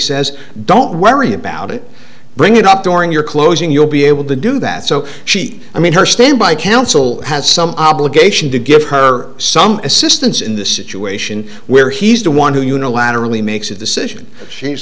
says don't worry about it bring it up during your closing you'll be able to do that so she i mean her standby counsel has some obligation to give her some assistance in the situation where he's the one who unilaterally makes a decision she's